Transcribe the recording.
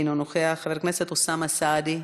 אינו נוכח, חבר הכנסת אוסאמה סעדי,